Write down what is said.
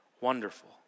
Wonderful